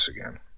again